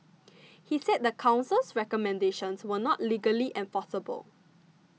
he said the Council's recommendations were not legally enforceable